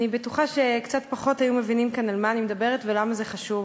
אני בטוחה שקצת פחות היו מבינים כאן על מה אני מדברת ולמה זה חשוב.